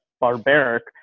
barbaric